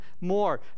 more